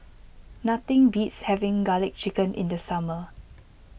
nothing beats having Garlic Chicken in the summer